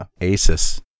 Asus